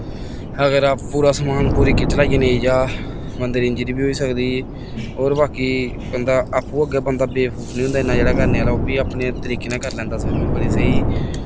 अगर पूरा समान पूरी ढलाइया नेईं जा बंदे गी इंजरी बी होई सकदी होर बाकी बंदा आपूं अग्गें बंदा बेवकूफ निं होंदा जेह्ड़ा करने आह्ला ओह् बी अपने तरीके नै करी लैंदा स्विमिंग बड़ी स्हेई